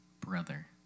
brother